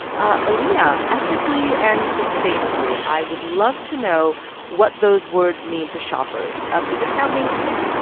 ah alina, ethically and sustainably i would love to know what those words mean to shoppers. um is this now mainstream?